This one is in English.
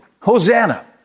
Hosanna